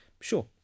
sure